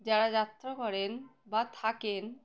যারা যাত্রা করেন বা থাকেন